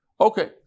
Okay